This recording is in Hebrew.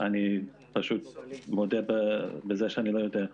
אני מודה שאני לא יודע.